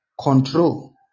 Control